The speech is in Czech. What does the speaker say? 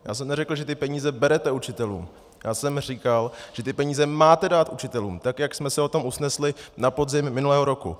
Já jsem neřekl, že ty peníze berete učitelům, já jsem říkal, že ty peníze máte dát učitelům, tak jak jsme se na tom usnesli na podzim minulého roku.